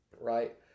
right